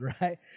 right